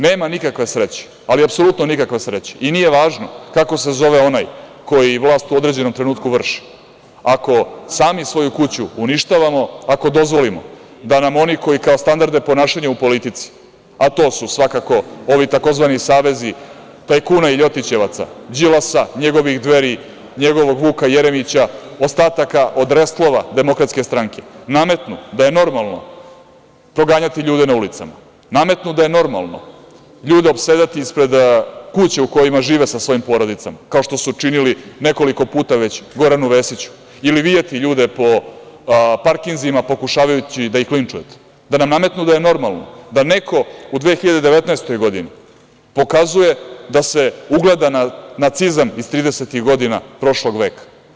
Nema nikakve sreće, ali apsolutno nikakve sreće i nije važno kako se zove onaj koji vlast u određenom trenutku vrši ako sami svoju kuću uništavamo, ako dozvolimo da nam oni kao standarde ponašanja u politici, a to su svakako ovi tzv. savezi tajkuna i ljotićevaca, Đilasa, njegovih Dveri, njegovog Vuka Jeremića, ostataka od restlova DS, nametnu da je normalno proganjati ljude na ulicama, nametnu da je normalno ljude opsedati ispred kuća u kojima žive sa svojim porodicama, kao što su činili nekoliko puta Goranu Vesiću ili vijati ljude po parkinzima, pokušavajući da ih linčujete, da nam nametnu da je normalno da neko u 2019. godini pokazuje da se ugleda na nacizam iz 30-ih godina prošlog veka.